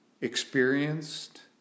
experienced